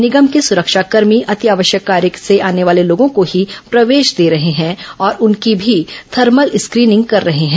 निगम के सुरक्षा कर्मी अति आवश्यक कार्य से आने वाले लोगों को ही प्रवेश दे रहे हैं और उनकी भी थर्मल स्क्रीनिंग कर रहे हैं